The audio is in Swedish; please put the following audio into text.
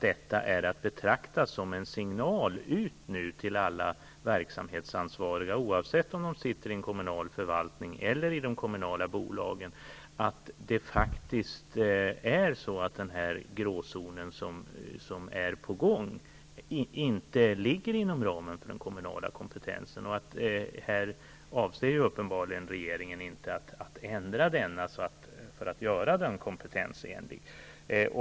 Det här måste betraktas som en signal till alla verksamhetsansvariga, oavsett om de sitter i en kommunal förvaltning eller i kommunala bolag, att gråzonen, som faktiskt är på gång, inte ligger inom ramen för den kommunala kompetensen. Regeringen avser uppenbarligen inte heller att ändra den till att bli kompetensenlig.